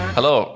Hello